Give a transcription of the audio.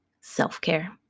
self-care